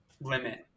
limit